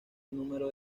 número